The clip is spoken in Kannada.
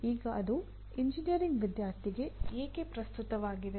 ಈಗ ಅದು ಎಂಜಿನಿಯರಿಂಗ್ ವಿದ್ಯಾರ್ಥಿಗೆ ಏಕೆ ಪ್ರಸ್ತುತವಾಗಿದೆ